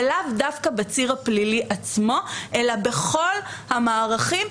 ולאו דווקא בציר הפלילי עצמו אלא בכל המערכים.